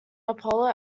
apollo